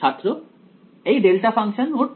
ছাত্র এই delta function ও 2 D